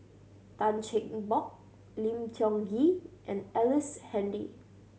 Tan Cheng Bock Lim Tiong Ghee and Ellice Handy